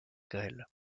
grêle